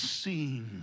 seen